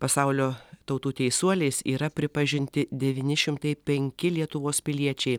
pasaulio tautų teisuoliais yra pripažinti devyni šimtai penki lietuvos piliečiai